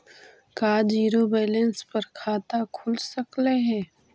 का zero balance पर खाता खुल सकले हे?